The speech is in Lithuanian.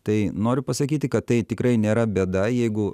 tai noriu pasakyti kad tai tikrai nėra bėda jeigu